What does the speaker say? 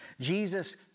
Jesus